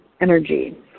energy